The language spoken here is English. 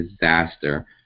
disaster